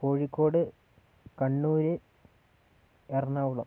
Kozhikode Kannur Ernakulam